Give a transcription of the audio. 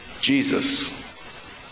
Jesus